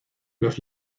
los